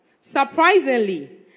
Surprisingly